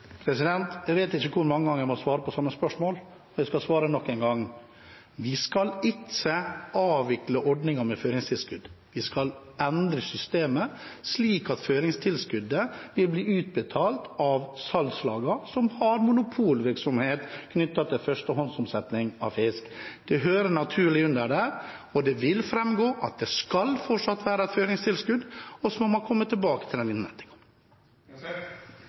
Jeg vet ikke hvor mange ganger jeg må svare på samme spørsmål, men jeg skal svare nok en gang. Vi skal ikke avvikle ordningen med føringstilskudd. Vi skal endre systemet slik at føringstilskuddet blir utbetalt av salgslagene, som har monopolvirksomhet knyttet til førstehåndsomsetning av fisk. Det hører naturlig til der. Det vil framgå at det fortsatt skal være et føringstilskudd, og så må man komme tilbake til